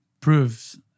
proves